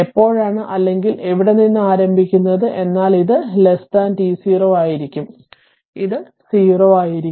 എപ്പോഴാണ് അല്ലെങ്കിൽ എവിടെ നിന്ന് ആരംഭിക്കുന്നത് എന്നാൽ ഇത് t0 ആയിരിക്കും അത് 0 ആയിരിക്കും